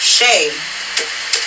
Shay